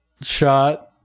shot